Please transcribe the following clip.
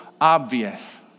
obvious